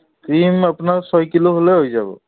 cream আপোনাৰ ছয় kilo হ'লে হৈ যাব